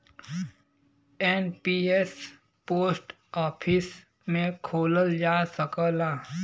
NPS post office में खोलल जा सकला